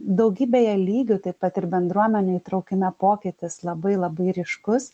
daugybėje lygių taip pat ir bendruomenių įtraukime pokytis labai labai ryškus